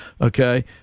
Okay